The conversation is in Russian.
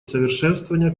совершенствования